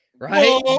Right